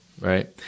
Right